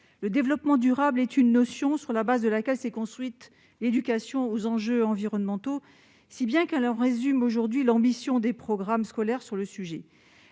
Le développement durable est une notion sur la base de laquelle s'est construite l'éducation aux enjeux environnementaux, si bien qu'elle résume aujourd'hui l'ambition des programmes scolaires sur le sujet.